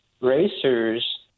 racers